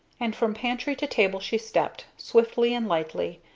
and from pantry to table she stepped, swiftly and lightly,